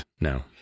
no